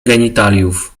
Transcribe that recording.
genitaliów